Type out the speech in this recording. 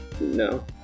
No